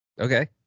Okay